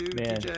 man